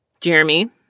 Jeremy